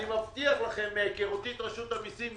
אני מבטיח לכם מהיכרותי עם רשות המיסים,